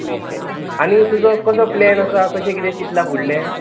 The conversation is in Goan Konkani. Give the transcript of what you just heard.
ओके आनी तुजो कसो प्लॅन आसा कशें कितें चितलां फुडलें